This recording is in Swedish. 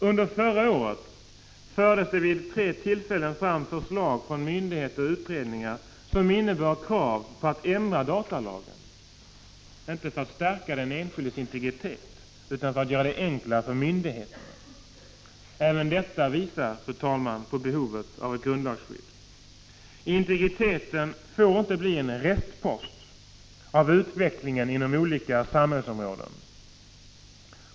Under förra året fördes vid tre tillfällen fram förslag från myndigheter och utredningar som innebar krav på att datalagen skulle ändras — inte för att stärka den enskildes integritet utan för att göra det hela enklare för myndigheterna. Även detta visar, fru talman, på behovet av ett grundlagsskydd. Integriteten får inte bli en restpost av utvecklingen inom olika samhällsområden.